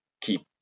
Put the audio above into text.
keep